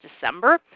December